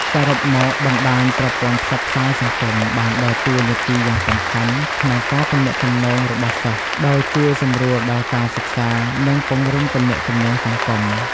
សរុបមក បណ្ដាញប្រព័ន្ធផ្សព្វផ្សាយសង្គមបានដើរតួនាទីយ៉ាងសំខាន់ក្នុងការទំនាក់ទំនងរបស់សិស្ស ដោយជួយសម្រួលដល់ការសិក្សា និងពង្រឹងទំនាក់ទំនងសង្គម។